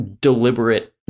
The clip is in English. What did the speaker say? deliberate